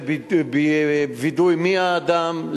של וידוא מי האדם,